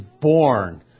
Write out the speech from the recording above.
born